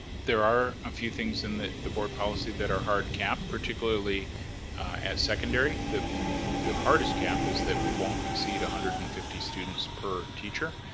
there are a few things in the the board policy that are hard cap, particularly at secondary. the the hardest cap is that we won't exceed one hundred and fifty students per teacher,